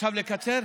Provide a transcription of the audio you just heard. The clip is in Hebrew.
עכשיו לקצר?